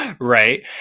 right